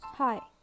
Hi